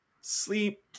Sleep